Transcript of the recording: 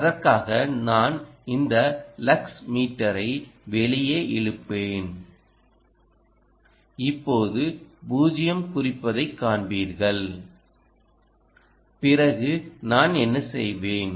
அதற்காக நான் இந்த லக்ஸ் மீட்டரை வெளியே இழுப்பேன் இப்போது 0 குறிப்பதைக் காண்பீர்கள் பிறகு நான் என்ன செய்வேன்